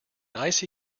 icy